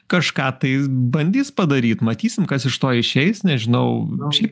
kažką tai bandys padaryt matysim kas iš to išeis nežinau šiaip